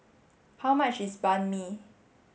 how much is Banh Mi